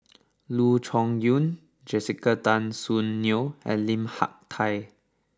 Loo Choon Yong Jessica Tan Soon Neo and Lim Hak Tai